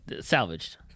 Salvaged